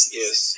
yes